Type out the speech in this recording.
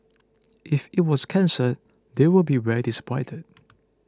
if it was cancelled they would be very disappointed